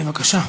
בבקשה.